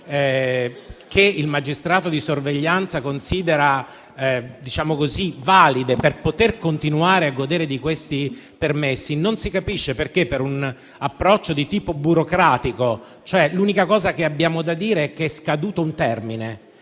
che il magistrato di sorveglianza considera valide per continuare a goderlo, non si capisce perché sospenderlo per un approccio di tipo burocratico. L'unica cosa che abbiamo da dire è che è scaduto un termine: